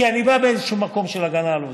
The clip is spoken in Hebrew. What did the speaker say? כי אני בא מאיזשהו מקום של הגנה על עובדים.